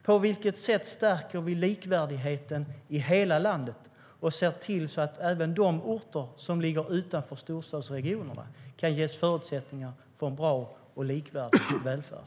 På vilket sätt stärker vi likvärdigheten i hela landet och ser till att även de orter som ligger utanför storstadsregionerna kan ges förutsättningar för en bra och likvärdig välfärd?